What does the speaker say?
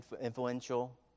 influential